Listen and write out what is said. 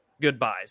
goodbyes